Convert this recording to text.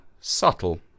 subtle